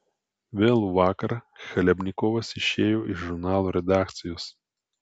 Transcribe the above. vėlų vakarą chlebnikovas išėjo iš žurnalo redakcijos